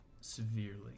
severely